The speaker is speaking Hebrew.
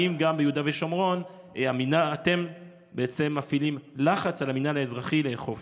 האם גם ביהודה ושומרון אתם מפעילים לחץ על המינהל האזרחי לאכוף?